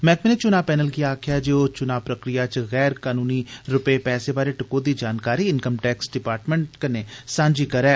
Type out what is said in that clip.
मैह्कमे नै चुनां पैनल गी आक्खेआ ऐ जे ओ चुनां प्रक्रिया च गैर कनूनी रपे पैहे बारे टकोह्दी जानकारी इंकम टैक्स डिपार्टमेंट कन्नै सांझी करै